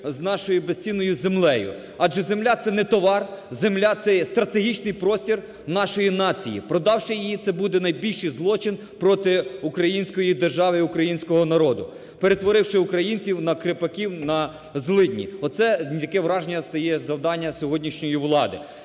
нашою безцінною землею. Адже земля – це не товар, земля – це стратегічний простір нашої нації. Продавши її, це буде найбільший злочин проти Української держави і українського народу, перетворивши українців на кріпаків, на злиднів. Оце таке враження стає з завдання сьогоднішньої влади.